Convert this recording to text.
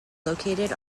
located